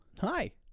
hi